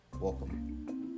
Welcome